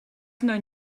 known